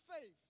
faith